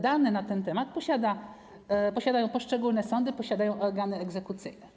Dane na ten temat posiadają poszczególne sądy, posiadają organy egzekucyjne.